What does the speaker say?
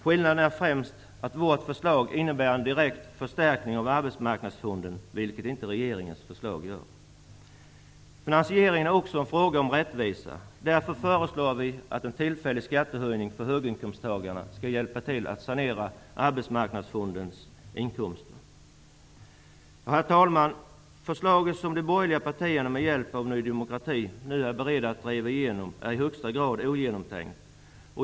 Skillnaden är främst att vårt förslag innebär en direkt förstärkning av Arbetsmarknadsfonden, vilket inte regeringens förslag gör. Finansieringen är också en fråga om rättvisa. Därför föreslår vi en tillfällig skattehöjning för höginkomsttagarna som skall hjälpa till vid saneringen av Arbetsmarknadsfonden. Herr talman! Det här förslaget, som de borgerliga partierna med hjälp av Ny demokrati nu är beredda att driva igenom, är i högsta grad ogenomtänkt.